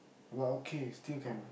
but okay still can